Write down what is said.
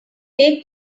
take